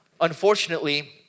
unfortunately